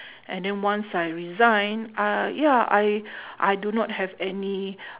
and then once I resign uh ya I I do not have any